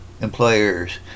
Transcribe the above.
Employers